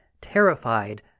terrified